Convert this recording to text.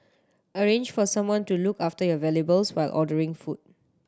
arrange for someone to look after your valuables while ordering food